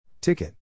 Ticket